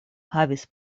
havis